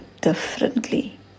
differently